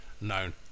known